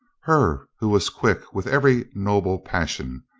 her who was quick with every noble passion,